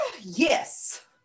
Yes